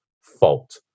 fault